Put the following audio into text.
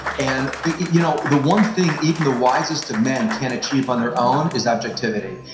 and you know the one thing even the wisest of men can achieve on their own is objectivity,